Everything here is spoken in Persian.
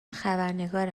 خبرنگار